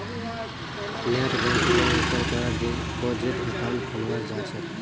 नेटबैंकिंगेर इस्तमाल करे डिपाजिट अकाउंट खोलाल जा छेक